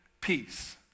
peace